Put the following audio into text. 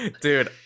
dude